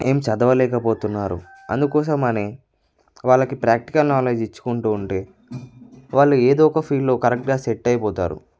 ఏం చదవలేక పోతున్నారు అందుకోసం అనే వాళ్ళకి ప్రాక్టికల్ నాలెడ్జ్ ఇచ్చుకుంటూ ఉంటే వాళ్ళు ఏదో ఒక ఫీల్డ్లో కరెక్ట్గా సెట్ అయిపోతారు